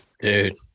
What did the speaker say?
dude